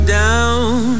down